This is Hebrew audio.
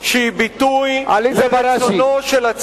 אני מבקש, מי שרוצה לדבר, שיצא בחוץ.